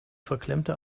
verklemmte